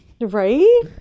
right